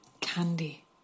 Candy